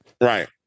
right